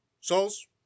Souls